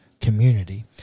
community